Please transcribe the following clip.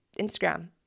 Instagram